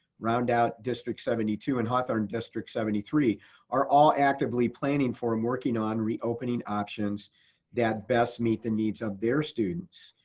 roundout district seventy two and hawthorne district seventy three are all actively planning for and working on reopening options that best meet the needs of their students.